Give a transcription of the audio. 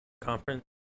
conference